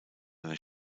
eine